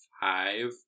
five